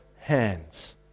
hands